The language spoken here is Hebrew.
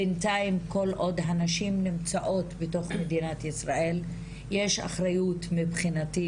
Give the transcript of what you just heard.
בינתיים כל עוד הנשים נמצאות בתוך מדינת ישראל יש אחריות מבחינתי